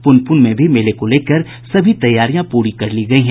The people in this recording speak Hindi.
प्रनपुन में भी मेले को लेकर सभी तैयारियां पूरी कर ली गयी हैं